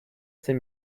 ces